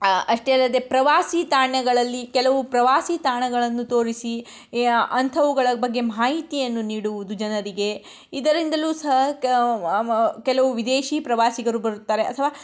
ಅಷ್ಟೇ ಅಲ್ಲದೆ ಪ್ರವಾಸಿ ತಾಣಗಳಲ್ಲಿ ಕೆಲವು ಪ್ರವಾಸಿ ತಾಣಗಳನ್ನು ತೋರಿಸಿ ಯಾ ಅಂಥವುಗಳ ಬಗ್ಗೆ ಮಾಹಿತಿಯನ್ನು ನೀಡುವುದು ಜನರಿಗೆ ಇದರಿಂದಲೂ ಸಹ ಕ ಕೆಲವು ವಿದೇಶಿ ಪ್ರವಾಸಿಗರು ಬರುತ್ತಾರೆ ಅಥವಾ